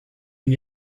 and